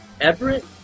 Everett